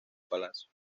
palacio